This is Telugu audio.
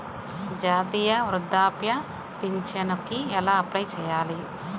జాతీయ వృద్ధాప్య పింఛనుకి ఎలా అప్లై చేయాలి?